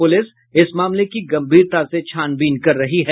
police मामले की गम्भीरता से छानबीन कर रही है